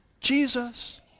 Jesus